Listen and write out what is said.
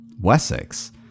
wessex